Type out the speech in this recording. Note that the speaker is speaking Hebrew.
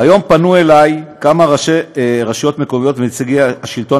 היום פנו אלי כמה ראשי רשויות מקומיות ונציגי השלטון